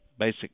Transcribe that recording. basic